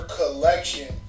collection